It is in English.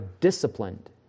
disciplined